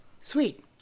Sweet